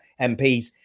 MPs